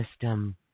system